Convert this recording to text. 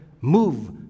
move